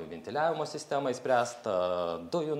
ventiliavimo sistema išspręsta dujų